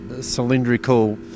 cylindrical